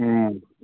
ꯎꯝ